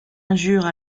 injure